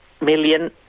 million